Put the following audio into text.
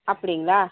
அப்புடிங்களா